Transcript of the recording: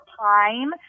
time